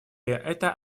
это